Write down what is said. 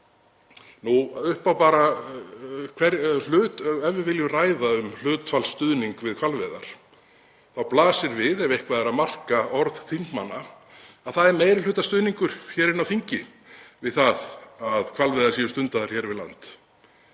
liggur fyrir. Ef við viljum ræða um hlutfall stuðnings við hvalveiðar þá blasir við, ef eitthvað er að marka orð þingmanna, að það er meirihlutastuðningur hér inni á þingi við það að hvalveiðar séu stundaðar hér við land.